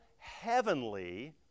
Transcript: heavenly